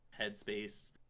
headspace